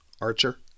Archer